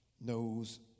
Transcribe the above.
knows